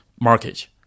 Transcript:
market